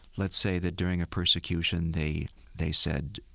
let's say that during a persecution they they said,